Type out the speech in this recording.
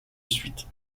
suite